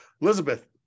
Elizabeth